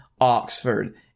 Oxford